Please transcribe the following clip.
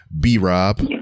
B-Rob